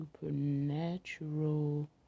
Supernatural